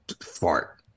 fart